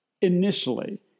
initially